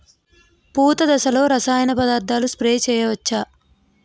పూత దశలో రసాయన పదార్థాలు స్ప్రే చేయచ్చ?